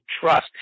trust